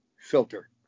filter